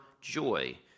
joy